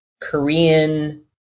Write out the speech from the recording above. Korean